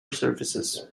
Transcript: services